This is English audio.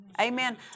Amen